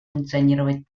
функционировать